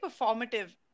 performative